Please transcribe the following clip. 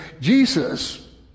Jesus